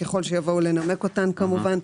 ככל שיבואו לנמק אותן כמובן.